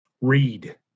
Read